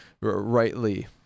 rightly